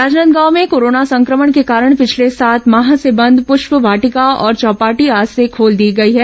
राजनांदगांव में कोरोना संक्रमण के कारण पिछले सात माह से बंद प्रष्प वाटिका और चौपाटी आज से खोल दी गई है